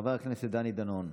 חבר הכנסת דני דנון,